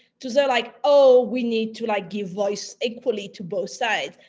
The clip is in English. to say like, oh, we need to like give voice equally to both sides,